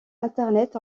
internet